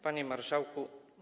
Panie Marszałku!